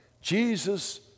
Jesus